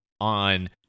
on